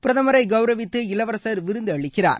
பிரதமரை கவுரவித்து இளவரசர் விருந்தளிக்கிறார்